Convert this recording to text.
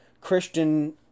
Christian